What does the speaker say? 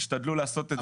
תשתדלו לעשות את זה.